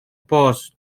pause